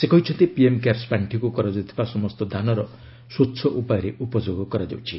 ସେ କହିଛନ୍ତି PM CARES ପାର୍ଶିକୁ କରାଯାଉଥିବା ସମସ୍ତ ଦାନର ସ୍ୱଚ୍ଚ ଉପାୟରେ ଉପଯୋଗ କରାଯାଉଛି